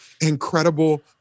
incredible